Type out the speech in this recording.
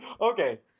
Okay